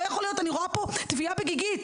לא יכול להיות, אני רואה טביעה בגיגית.